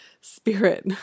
spirit